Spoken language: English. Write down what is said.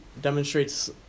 demonstrates